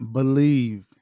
Believe